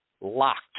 locked